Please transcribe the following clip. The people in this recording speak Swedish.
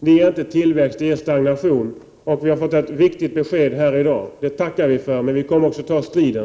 ger inte tillväxt utan stagnation. Vi har fått ett viktigt besked här i dag. Det tackar vi för, men vi kommer att ta striden.